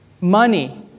Money